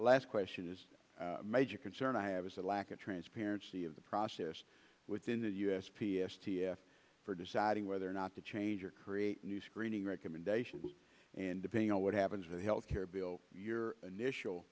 last question is a major concern i have is the lack of transparency of the process within the u s p s for deciding whether or not to change or create new screening recommendations and depending on what happens with a health care bill your initial